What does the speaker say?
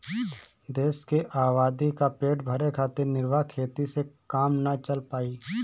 देश के आबादी क पेट भरे खातिर निर्वाह खेती से काम ना चल पाई